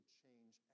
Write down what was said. change